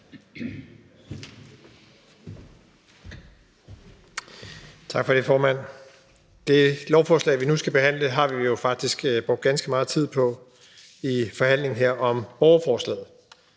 Tak for det, formand. Det lovforslag, vi nu skal behandle, har vi jo faktisk brugt ganske meget tid på i forhandlingen her om borgerforslaget,